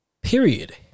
Period